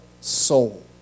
soul